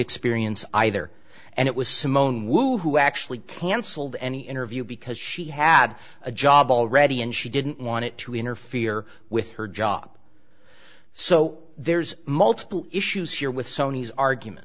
experience either and it was simone wu who actually cancelled any interview because she had a job already and she didn't want it to interfere with her job so there's multiple issues here with sony's argument